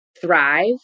thrive